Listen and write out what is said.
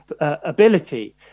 ability